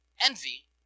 envy